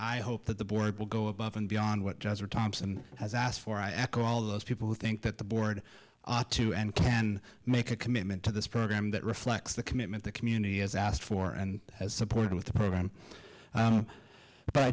i hope that the board will go above and beyond what we're thompson has asked for i echo all those people who think that the board ought to and can make a commitment to this program that reflects the commitment the community has asked for and has supported with the program but i